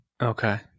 Okay